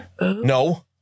No